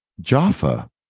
Jaffa